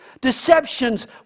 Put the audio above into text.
Deceptions